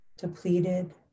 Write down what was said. Depleted